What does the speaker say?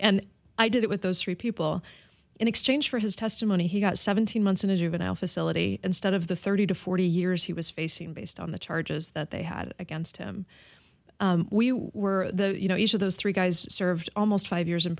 and i did it with those three people in exchange for his testimony he got seventeen months in a juvenile facility instead of the thirty to forty years he was facing based on the charges that they had against him we were you know each of those three guys served almost five years in